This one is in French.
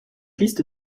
liste